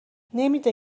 نمیده